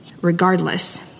regardless